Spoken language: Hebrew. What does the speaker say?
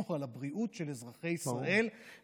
לשמור על הבריאות של אזרחי ישראל, ברור.